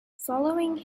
following